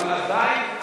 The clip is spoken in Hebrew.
אבל עדיין,